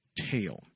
tail